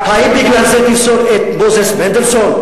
האם בגלל זה תפסול את מוזס מנדלסון?